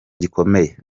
gikomeye